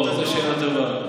זו שאלה טובה.